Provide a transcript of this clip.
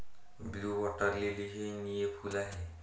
blue water lily हे निळे फूल आहे